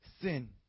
sin